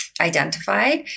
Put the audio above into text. identified